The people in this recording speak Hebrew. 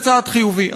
זה צעד חיובי,